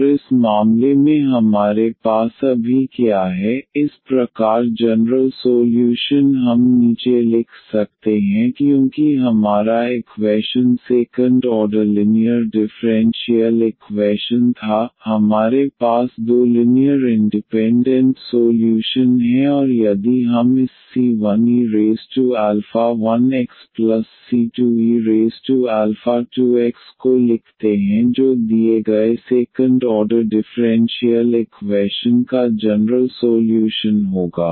और इस मामले में हमारे पास अभी क्या है इस प्रकार जनरल सोल्यूशन हम नीचे लिख सकते हैं क्योंकि हमारा equation second order linear differential equation था हमारे पास दो लिनीयर इंडिपेंडेंट सोल्यूशन हैं और यदि हम इस c1e1xc2e2x को लिखते हैं जो दिए गए सेकंड ऑर्डर डिफ़्रेंशियल इक्वैशन का जनरल सोल्यूशन होगा